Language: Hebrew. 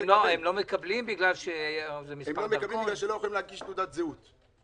הם לא מקבלים בגלל שזה מספר דרכון?